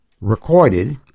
recorded